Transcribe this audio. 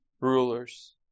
rulers